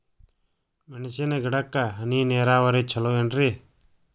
ಮೆಣಸಿನ ಗಿಡಕ್ಕ ಹನಿ ನೇರಾವರಿ ಛಲೋ ಏನ್ರಿ?